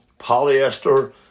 polyester